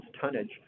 tonnage